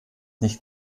nicht